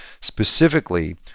Specifically